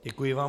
Děkuji vám.